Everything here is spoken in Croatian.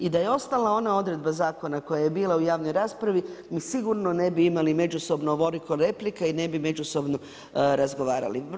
I da je ostala ona odredba zakona koja je bila u javnoj raspravi, mi sigurno ne bi imali međusobno ovoliko replika i ne bi međusobno razgovarali.